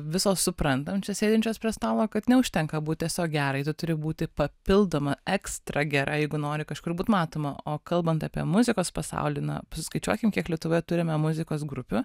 visos suprantam čia sėdinčios prie stalo kad neužtenka būt tiesiog gerai tu turi būti papildoma extra gera jeigu nori kažkur būt matoma o kalbant apie muzikos pasaulį na pasiskaičiuokim kiek lietuvoje turime muzikos grupių